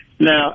now